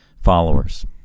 followers